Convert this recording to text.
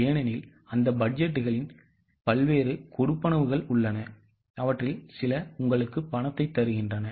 ஏனெனில் அந்த பட்ஜெட்களில் பல்வேறு கொடுப்பனவுகள் உள்ளன அவற்றில் சில உங்களுக்கு பணத்தைத் தருகின்றன